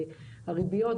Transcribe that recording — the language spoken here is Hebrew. והריביות.